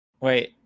Wait